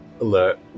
alert